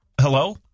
hello